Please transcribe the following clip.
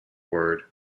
word